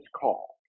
call